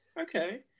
Okay